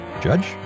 Judge